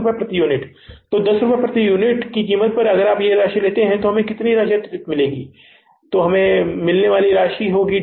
10 रुपये प्रति यूनिट तो यह 10 रुपये प्रति यूनिट कीमत है और अगर आप यह राशि लेते हैं तो हमें अतिरिक्त राशि कितनी मिलने वाली है